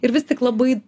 ir vis tik labai